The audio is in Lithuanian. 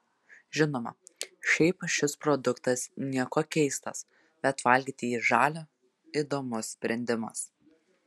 žinoma šiaip šis produktas niekuo keistas bet valgyti jį žalią įdomus sprendimas